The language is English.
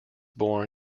born